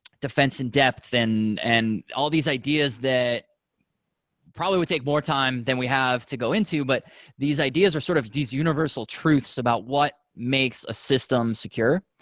defense in-depth and all these ideas that probably would take more time than we have to go into, but these ideas are sort of these universal truths about what makes a system secure.